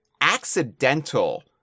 accidental